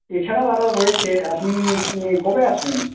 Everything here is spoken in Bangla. এছাড়াও আরও রয়েছে আপনি কবে আসবেন